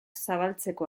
zabaltzeko